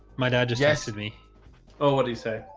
my dad does. yes with me oh, what do you say?